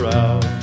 out